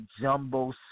jumbo